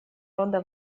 рода